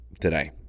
today